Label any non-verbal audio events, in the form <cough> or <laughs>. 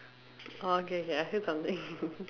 orh K K I heard something <laughs>